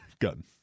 Gun